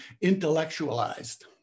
intellectualized